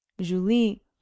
Julie